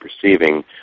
perceiving